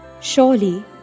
Surely